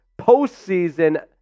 postseason